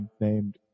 named